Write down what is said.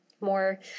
more